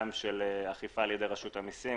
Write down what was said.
גם של אכיפה על ידי רשות המיסים,